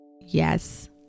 Yes